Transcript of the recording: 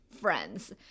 friends